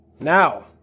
Now